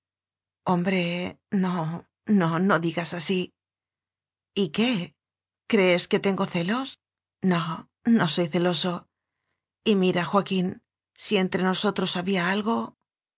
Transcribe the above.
hombre no no no digas así y qué crees que tengo celos no no soy celoso y mira joaquín si entre nos otros había algo